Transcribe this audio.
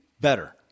better